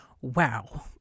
wow